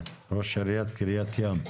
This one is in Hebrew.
ראש עיריית קריית ים.